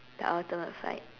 the ultimate fight